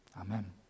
Amen